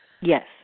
Yes